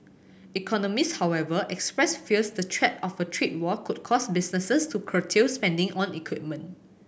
economists however expressed fears the threat of a trade war could cause businesses to curtail spending on equipment